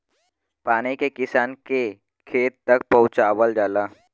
पानी के किसान के खेत तक पहुंचवाल जाला